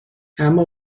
اما